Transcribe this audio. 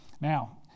Now